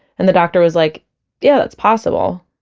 and the doctor was like yeah, that's possible